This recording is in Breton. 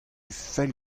fell